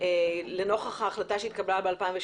לנוכח ההחלטה שהתקבלה ב-2017.